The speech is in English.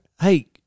Hey